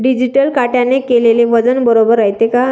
Digital काट्याने केलेल वजन बरोबर रायते का?